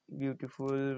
beautiful